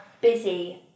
busy